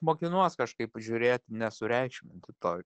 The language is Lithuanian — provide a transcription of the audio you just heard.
mokinuos kažkaip žiūrėt nesureikšminti to